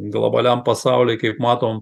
globaliam pasauly kaip matom